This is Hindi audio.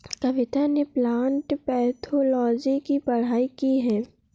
कविता ने प्लांट पैथोलॉजी की पढ़ाई की है